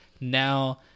now